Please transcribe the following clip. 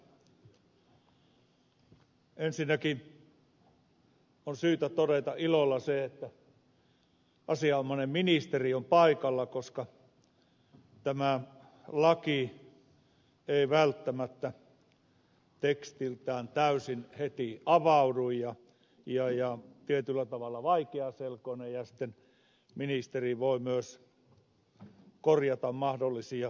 ensinnäkin on syytä todeta ilolla se että asianomainen ministeri on paikalla koska tämä laki ei välttämättä tekstiltään täysin heti avaudu ja on tietyllä tavalla vaikeaselkoinen ja sitten ministeri voi myös korjata mahdollisia väärinkäsityksiä